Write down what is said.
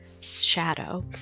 shadow